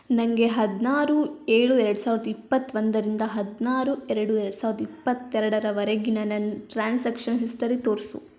ನನಗೆ ಹದಿನಾರು ಏಳು ಎರಡು ಸಾವಿರದ ಇಪ್ಪತ್ತೊಂದರಿಂದ ಹದಿನಾರು ಎರಡು ಎರಡು ಸಾವಿರದ ಇಪ್ಪತ್ತೆರಡರವರೆಗಿನ ನನ್ನ ಟ್ರಾನ್ಸಾಕ್ಷನ್ ಹಿಸ್ಟರಿ ತೋರಿಸು